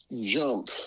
jump